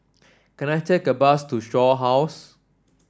can I take a bus to Shaw House